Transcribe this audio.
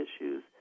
issues